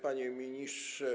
Panie Ministrze!